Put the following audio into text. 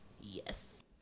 Yes